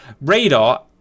radar